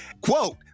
Quote